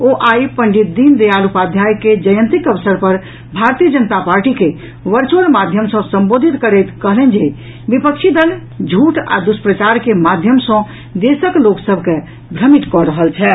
ओ आई पंडित दीन दयाल उपाध्याय के जयंतीक अवसर पर भारतीय जनता पार्टी के वर्चुअल माध्यम सँ संबोधित करैत कहलनि जे विपक्षी दल झूठ आ दुष्प्रचार के माध्यम सँ देशक लोक सभ के भ्रमित कऽ रहल छथि